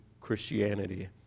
Christianity